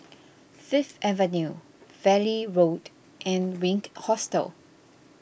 Fifth Avenue Valley Road and Wink Hostel